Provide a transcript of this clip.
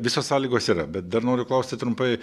visos sąlygos yra bet dar noriu klausti trumpai